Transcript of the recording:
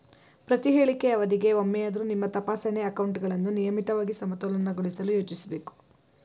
ಪ್ರತಿಹೇಳಿಕೆ ಅವಧಿಗೆ ಒಮ್ಮೆಯಾದ್ರೂ ನಿಮ್ಮ ತಪಾಸಣೆ ಅಕೌಂಟ್ಗಳನ್ನ ನಿಯಮಿತವಾಗಿ ಸಮತೋಲನಗೊಳಿಸಲು ಯೋಚಿಸ್ಬೇಕು